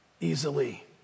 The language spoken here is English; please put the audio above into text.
easily